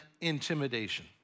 intimidation